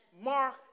Mark